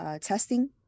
testing